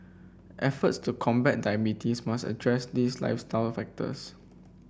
efforts to combat diabetes must address these lifestyle factors